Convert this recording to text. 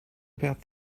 about